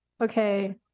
Okay